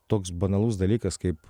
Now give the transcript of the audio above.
toks banalus dalykas kaip